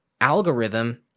algorithm